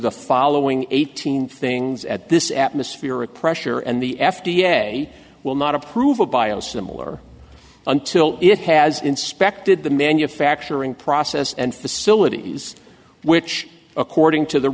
the following eighteen things at this atmosphere of pressure and the f d a will not approve a bio similar until it has inspected the manufacturing process and facilities which according to the